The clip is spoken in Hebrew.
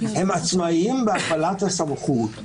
הם עצמאים בהפעלת הסמכות.